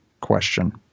question